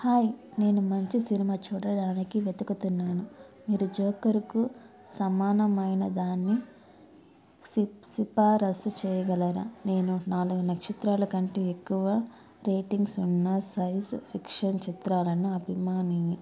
hi నేను మంచి సినిమా చూడటానికి వెతుకుతున్నాను మీరు జోకర్కు సమానమైనదాన్ని సిప్ సిఫారసు చేయగలరా నేను నాలుగు నక్షత్రాల కంటే ఎక్కువ రేటింగ్స్ ఉన్న సైన్స్ ఫిక్షన్ చిత్రాలను అభిమానిని